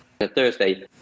Thursday